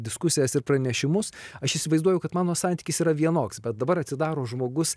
diskusijas ir pranešimus aš įsivaizduoju kad mano santykis yra vienoks bet dabar atsidaro žmogus